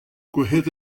kouezhet